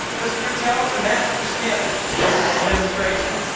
mr. patel is a master's candidate in business administration,